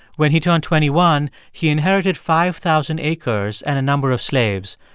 when he turned twenty one, he inherited five thousand acres and a number of slaves.